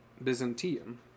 byzantium